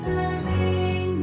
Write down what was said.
Serving